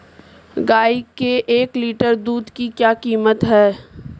गाय के एक लीटर दूध की क्या कीमत है?